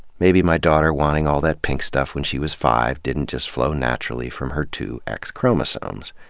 maybe my daughter wanting all that pink stuff when she was five didn't just flow naturally from her two x chromosomes.